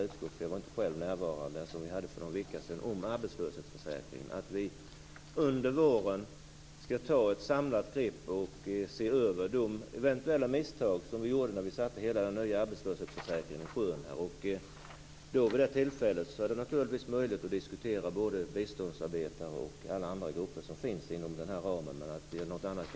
Jag var inte själv närvarande, men det sades då att vi under våren skall ta ett samlat grepp och se över de eventuella misstag som gjordes när hela arbetslöshetsförsäkringen sattes i sjön. Då finns det möjlighet att diskutera både biståndsarbetare och andra grupper. Något annat kan jag inte utlova i dag.